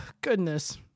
Goodness